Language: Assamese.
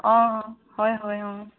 অঁ হয় হয় অঁ